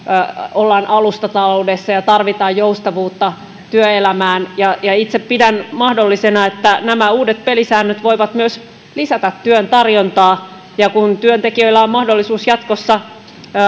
ollaan alustataloudessa ja tarvitaan joustavuutta työelämään ja itse pidän mahdollisena että nämä uudet pelisäännöt voivat myös lisätä työn tarjontaa ja kun työntekijöillä on mahdollisuus jatkossa